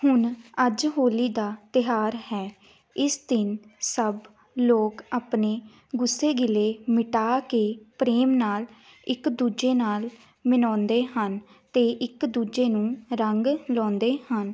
ਹੁਣ ਅੱਜ ਹੋਲੀ ਦਾ ਤਿਉਹਾਰ ਹੈ ਇਸ ਦਿਨ ਸਭ ਲੋਕ ਆਪਣੇ ਗੁੱਸੇ ਗਿਲੇ ਮਿਟਾ ਕੇ ਪ੍ਰੇਮ ਨਾਲ ਇੱਕ ਦੂਜੇ ਨਾਲ ਮਨਾਉਂਦੇ ਹਨ ਅਤੇ ਇੱਕ ਦੂਜੇ ਨੂੰ ਰੰਗ ਲਾਉਂਦੇ ਹਨ